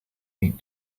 need